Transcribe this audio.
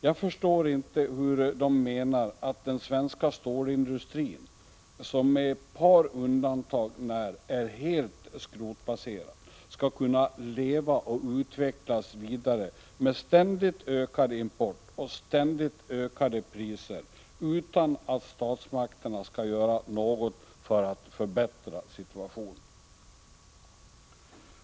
Jag förstår inte hur de menar att den svenska stålindustrin, som med ett par undantag är helt skrotbaserad, skall kunna leva och utvecklas vidare med ständigt ökad import och ständigt ökade priser, utan att statsmakterna skall göra något för att förbättra situationen.